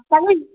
তা ওই